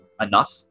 enough